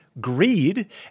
greed